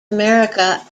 america